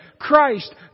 Christ